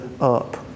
up